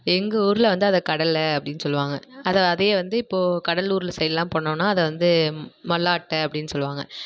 எங்கள் ஊரில் வந்து அதை கடலை அப்படினு சொல்வாங்க அதை அதே வந்து இப்போது கடலூர் சைடுலாம் போனோம்னா அதை வந்து மல்லாட்டை அப்படினு சொல்வாங்க